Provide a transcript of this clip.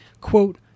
Quote